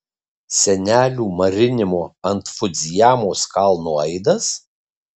senelių marinimo ant fudzijamos kalno aidas